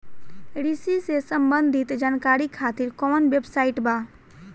कृषि से संबंधित जानकारी खातिर कवन वेबसाइट बा?